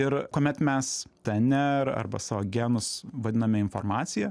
ir kuomet mes dnr arba savo genus vadiname informacija